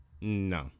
No